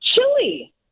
chili